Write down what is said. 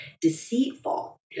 deceitful